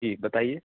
جی بتائیے